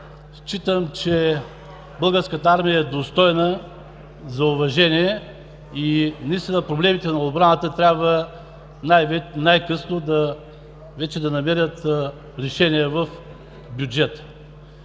считам, че Българската армия е достойна за уважение и че наистина проблемите на отбраната най-сетне трябва да намерят решения в бюджета.